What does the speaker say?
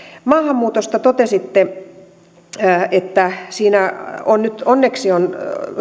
maahanmuutosta totesitte siinä nyt onneksi on